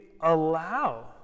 allow